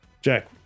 jack